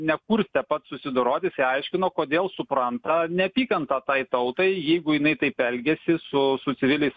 nekurstė pats susidorot jisai aiškino kodėl supranta neapykantą tai tautai jeigu jinai taip elgiasi su su civiliais